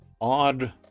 odd